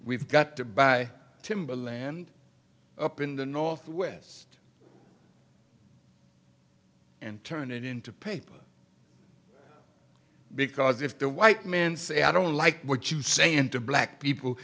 we've got to buy timber land up in the northwest and turn it into paper because if the white man say i don't like what you say into black people